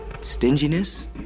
stinginess